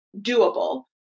doable